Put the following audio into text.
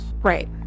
right